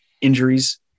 injuries